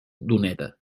doneta